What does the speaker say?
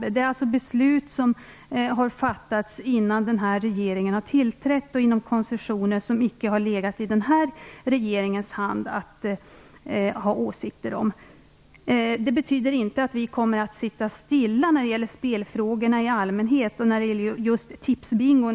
Det handlar alltså om beslut som har fattats innan den nuvarande regeringen har tillträtt och inom koncessioner som det inte har legat i denna regerings hand att ha åsikter om. Detta betyder inte att regeringen kommer att sitta stilla när det gäller spelfrågor i allmänhet och just Tipsbingo.